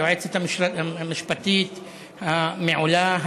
היועצת המשפטית המעולה,